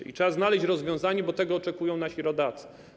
I trzeba znaleźć rozwiązanie, bo tego oczekują nasi rodacy.